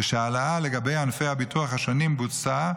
כשההעלאה לגבי ענפי הביטוח השונים בוצעה